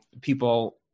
people